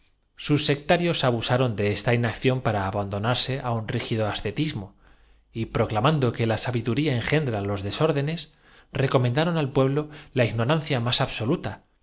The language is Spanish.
sus sectarios abusaron de esta inacción ñó á despreciar las pasiones á elevarse sobre todos los para abandonarse á un rígido ascetismo y procla intereses grandezas y glorias terrenales recomendan mando que la sabiduría engendra los desórdenes re do hacer abnegación de sí propio en beneficio de los comendaron al pueblo la ignorancia más